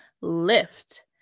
Lift